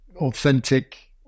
Authentic